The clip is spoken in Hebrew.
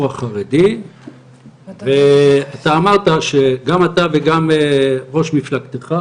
החרדי ואתה אמרת שגם אתה וגם ראש מפלגתך,